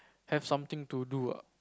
have something to do ah